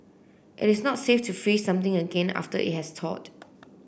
it is not safe to freeze something again after it has thawed